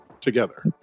together